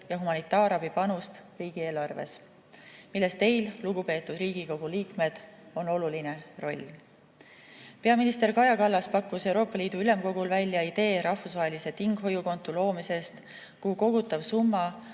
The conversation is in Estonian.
ja humanitaarabi panust riigieelarves, milles teil, lugupeetud Riigikogu liikmed, on oluline roll. Peaminister Kaja Kallas pakkus Euroopa Ülemkogu istungil välja idee luua rahvusvaheline tinghoiukonto, kuhu kogutav summa